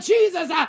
Jesus